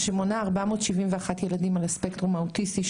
מונה 471 ילדים על הספקטרום האוטיסטי,